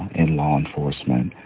in law enforcement,